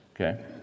Okay